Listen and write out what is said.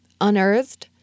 unearthed